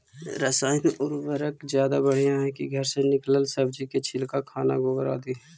रासायन उर्वरक ज्यादा बढ़िया हैं कि घर से निकलल सब्जी के छिलका, खाना, गोबर, आदि?